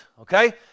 Okay